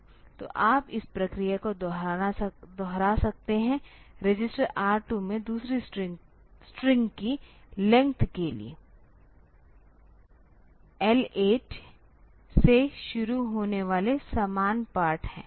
तो आप इस प्रक्रिया को दोहरा सकते हैं रजिस्टर R2 में दूसरी स्ट्रिंग की लेंथ के लिए L8 से शुरू होने वाले समान पार्ट है